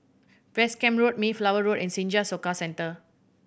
West Camp Road Mayflower Road and Senja Soka Centre